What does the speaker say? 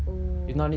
oh